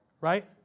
Right